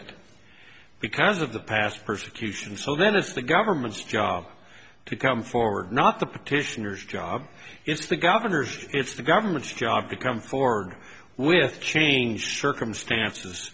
a because of the past persecution so then it's the government's job to come forward not the petitioners job it's the governor's it's the government's job to come forward with change circumstances